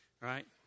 right